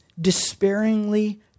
despairingly